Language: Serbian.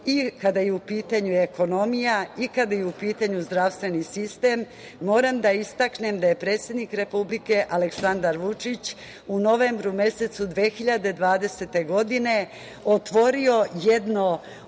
i kada je u pitanju ekonomija i kada je u pitanju zdravstveni sistem moram da istaknem da je predsednik Republike Aleksandar Vučić u novembru mesecu 2020. godine otvorio jedno